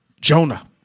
Jonah